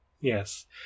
Yes